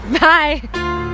bye